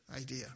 idea